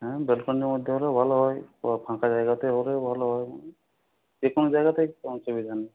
হ্যাঁ ব্যালকনির মধ্যে হলেও ভালো হয় তারপর ফাঁকা জায়গাতেও হলে ভালো হয় যে কোনো জায়গাতেই অসুবিধা নেই